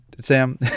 sam